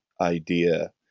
idea